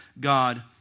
God